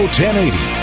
1080